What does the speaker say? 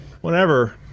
whenever